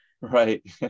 Right